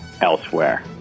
elsewhere